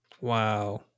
Wow